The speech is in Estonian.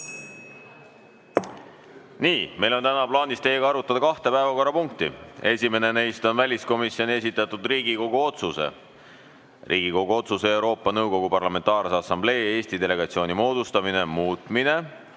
Nii, meil on täna plaanis teiega arutada kahte päevakorrapunkti. Esimene neist on väliskomisjoni esitatud Riigikogu otsuse "Riigikogu otsuse "Euroopa Nõukogu Parlamentaarse Assamblee Eesti delegatsiooni moodustamine" muutmine"